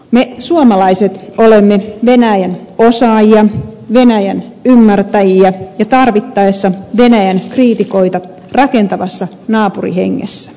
me suomalaiset olemme venäjän osaajia venäjän ymmärtäjiä ja tarvittaessa venäjän kriitikoita rakentavassa naapurihengessä